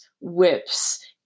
whips